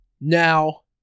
now